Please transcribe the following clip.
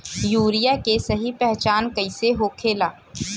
Urea के सही पहचान कईसे होखेला?